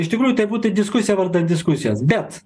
iš tikrųjų tai būtų diskusija vardan diskusijos bet